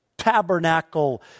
tabernacle